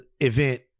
event